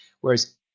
Whereas